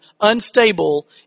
unstable